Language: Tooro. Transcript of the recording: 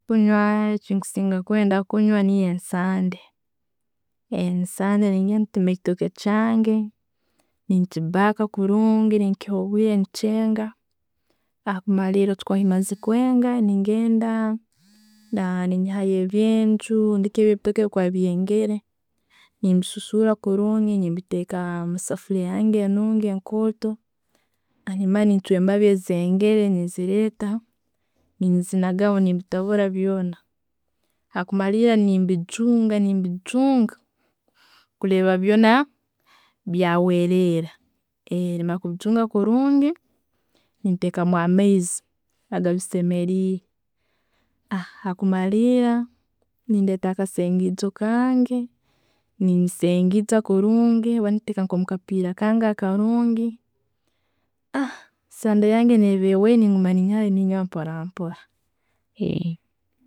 Kunywa, ekyenkusinga kwenda kunywa niiyo nsande. Esande nengenda nentumya ekitoo kyange, nenkibaaka kurungi, ne nkiha obwire nekyenga hakumalira bwechukuba kimazire kwenga, ngenda ninyahayoebyenju rundi ki ebitooke bwebikuba byengere kurungi, nembisusula kurungi nembiteka omusefuliya yange enungienkooto nemara nenchwa embababienungi ezengere, nenzireta, nenzinagaho nembitabura byoa. Hakumalira, nembijunga, nembijunga, kuleba byoa byawerera. mara kubijunga kurunginentekamu amaiziagibisemerire akumalira, nendeta akasengejakange, nesengeija kurungi nentekamu nkomukabiira kange karungi ensandeyangeneba ehore, nenguma nenyiyayo nenywaho mporampora.